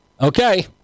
Okay